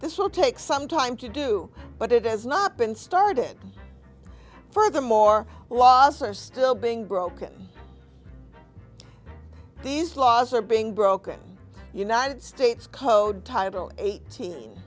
this will take some time to do but it has not been started furthermore laws are still being broken these laws are being broken united states code title eighteen